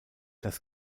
das